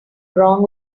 wrong